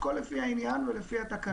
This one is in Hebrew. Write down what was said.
הכול לפי העניין ולפי התקנות.